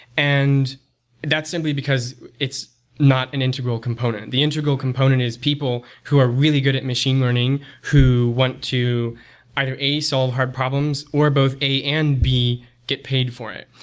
and that's simply because it's not an integral component. the integral component is people who are really good at machine learning who want to either, a solve hard problems, or both a and b get paid for it.